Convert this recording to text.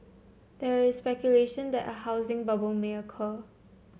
there is speculation that a housing bubble may occur